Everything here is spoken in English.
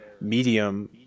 medium